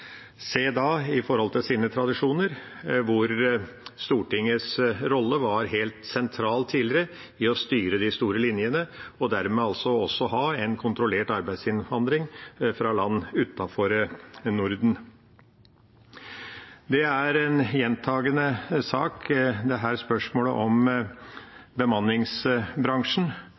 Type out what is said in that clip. tradisjoner hvor Stortingets rolle tidligere var helt sentral i å styre de store linjene – og dermed også ha en kontrollert arbeidsinnvandring fra land utenfor Norden. Dette spørsmålet om bemanningsbransjen er en gjentagende sak. Senterpartiet er veldig tydelig på at vi ønsker å fase ut bemanningsbransjen.